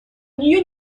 нее